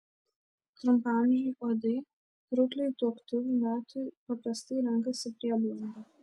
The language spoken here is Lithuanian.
trumpaamžiai uodai trūkliai tuoktuvių metui paprastai renkasi prieblandą